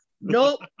nope